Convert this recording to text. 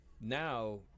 Now